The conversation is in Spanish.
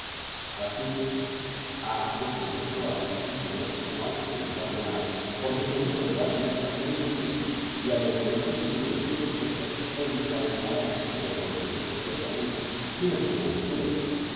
así que a este nuestro amo y señor no hay que preguntarle nada porque con una verdad mezcla mil mentiras y a lo que yo he colegido de sus respuestas él no sabe nada de lo por venir ciertamente sino por conjeturas